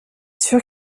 sûr